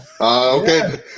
Okay